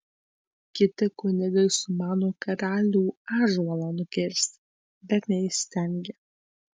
kiti kunigai sumano karalių ąžuolą nukirsti bet neįstengia